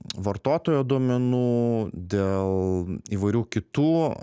vartotojo duomenų dėl įvairių kitų